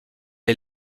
est